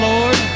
Lord